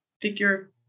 figure